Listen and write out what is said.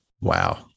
Wow